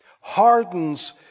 Hardens